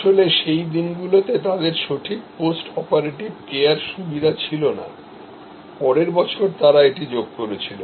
আসলে সেই দিনগুলিতে তাদের সঠিক পোস্ট অপারেটিভ কেয়ার সুবিধা ছিল না পরের বছর তারা এটি যোগ করেছিল